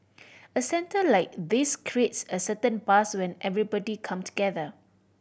a centre like this creates a certain buzz when everybody come together